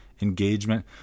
engagement